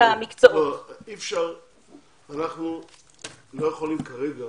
אנחנו לא יכולים כרגע